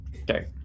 Okay